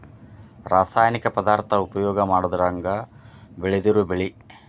ರಾಸಾಯನಿಕ ಪದಾರ್ಥಾ ಉಪಯೋಗಾ ಮಾಡದಂಗ ಬೆಳದಿರು ಬೆಳಿ